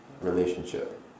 relationship